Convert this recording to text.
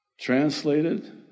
translated